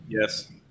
yes